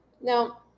Now